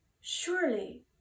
surely